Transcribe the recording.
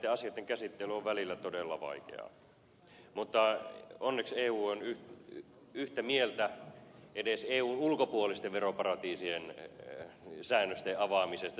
näitten asioitten käsittely on välillä todella vaikeaa mutta onneksi eu on yhtä mieltä edes eun ulkopuolisten veroparatiisien säännösten avaamisesta